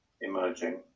emerging